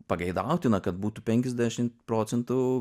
pageidautina kad būtų penkiasdešimt procentų